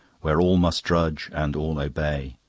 where all must drudge and all obey.